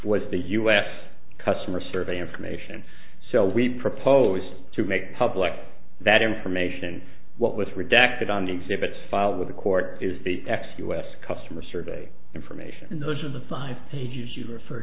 was the u s customer survey information so we propose to make public that information what was redacted on the exhibit filed with the court is the next u s customer survey information and those are the five pages you refer